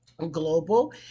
global